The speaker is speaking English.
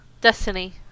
Destiny